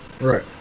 Right